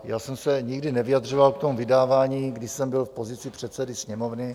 Já jsem se nikdy nevyjadřoval k tomu vydávání, když jsem byl v pozici předsedy Sněmovny.